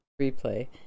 replay